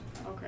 Okay